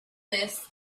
this